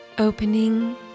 Opening